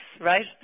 right